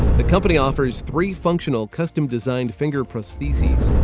the company offers three functional custom-designed finger prostheses,